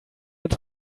ganz